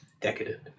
decadent